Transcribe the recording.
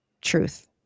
truth